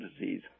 disease